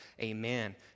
Amen